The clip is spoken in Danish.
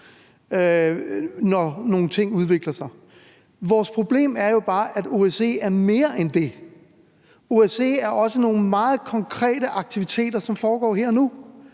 når nogle ting udvikler sig. Vores problem er jo bare, at OSCE er mere end det, OSCE er også nogle meget konkrete aktiviteter, som foregår her og nu,